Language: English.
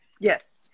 Yes